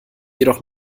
jedoch